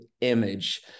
image